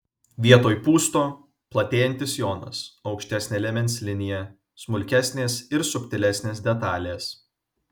vietoj pūsto platėjantis sijonas aukštesnė liemens linija smulkesnės ir subtilesnės detalės